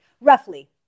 roughly